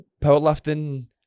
powerlifting